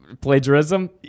plagiarism